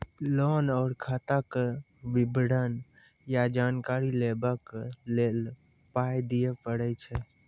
Loan आर खाताक विवरण या जानकारी लेबाक लेल पाय दिये पड़ै छै?